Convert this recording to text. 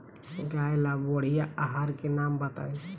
गाय ला बढ़िया आहार के नाम बताई?